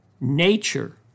nature